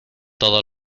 todo